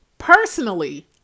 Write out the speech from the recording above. Personally